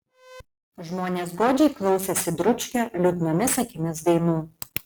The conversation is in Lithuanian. žmonės godžiai klausėsi dručkio liūdnomis akimis dainų